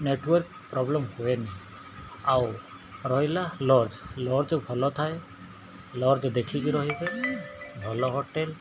network problem ହୁଏନି ଆଉ ରହିଲା ଲଜ୍ ଲଜ୍ ଭଲ ଥାଏ ଲଜ୍ ଦେଖିକି ରହିବେ ଭଲ ହୋଟେଲ୍